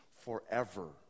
forever